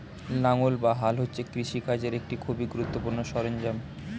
লাঙ্গল বা হাল হচ্ছে কৃষিকার্যের একটি খুবই গুরুত্বপূর্ণ সরঞ্জাম